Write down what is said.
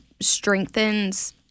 strengthens